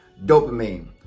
dopamine